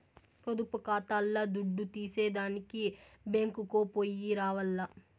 పొదుపు కాతాల్ల దుడ్డు తీసేదానికి బ్యేంకుకో పొయ్యి రావాల్ల